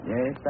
Yes